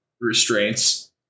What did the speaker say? restraints